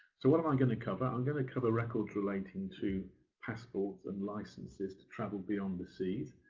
so what i'm i'm going to cover, i'm going to cover records related to passports and licences to travel beyond the sea.